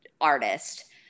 artist